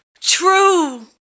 true